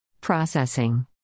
Processing